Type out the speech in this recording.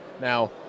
Now